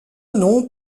nom